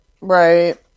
Right